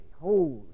holy